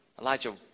Elijah